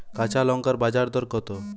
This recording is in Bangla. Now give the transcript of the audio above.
কাঁচা লঙ্কার বাজার দর কত?